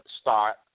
start